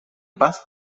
paz